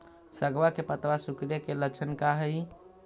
सगवा के पत्तवा सिकुड़े के लक्षण का हाई?